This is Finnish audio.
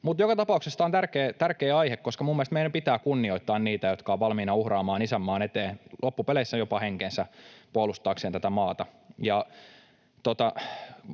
joka tapauksessa tämä on tärkeä aihe, koska minun mielestäni meidän pitää kunnioittaa heitä, jotka ovat valmiina uhraamaan isänmaan eteen loppupeleissä jopa henkensä puolustaakseen tätä maata.